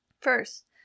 First